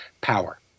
Power